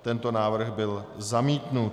Tento návrh byl zamítnut.